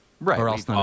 right